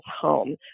home